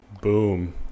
boom